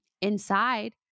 Inside